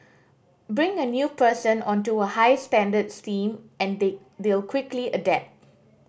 bring a new person onto a high standards team and they they'll quickly adapt